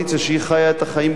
שהיא חיה את החיים בבניין,